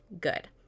good